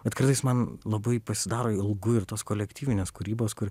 bet kartais man labai pasidaro ilgu ir tos kolektyvinės kūrybos kur